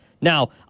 Now